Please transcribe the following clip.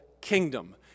kingdom